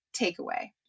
takeaway